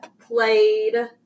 played